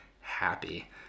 happy